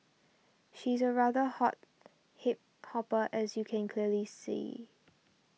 she's a rather hot hip hopper as you can clearly see